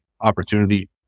opportunity